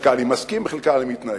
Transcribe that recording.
לחלקה אני מסכים ולחלקה אני מתנגד,